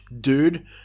dude